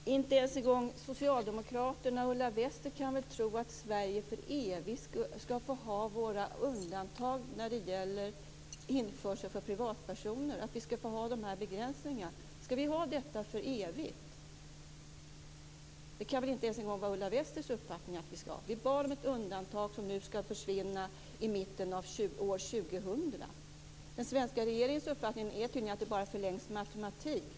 Fru talman! Inte ens socialdemokraten Ulla Wester kan väl tro att Sverige för evigt skall få ha sina undantag, sina begränsningar när det gäller införsel för privatpersoner. Skall vi ha detta för evigt? Det kan väl inte ens vara Ulla Westers uppfattning. Vi bad om ett undantag som skall försvinna i mitten av år 2000. Den svenska regeringens uppfattning är tydligen att det förlängs med automatik.